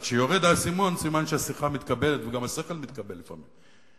וכשיורד האסימון סימן שהשיחה מתקבלת וגם השכל מתקבל לפעמים.